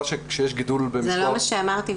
לא את זה אמרתי.